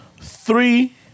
three